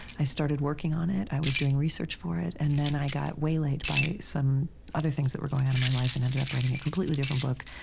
i started working on it. i was doing research for it. and then i got waylaid by some other things that were going on in my life and ended up writing a completely different book,